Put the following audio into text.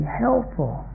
helpful